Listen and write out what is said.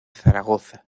zaragoza